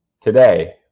today